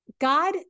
God